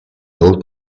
old